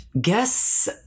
Guess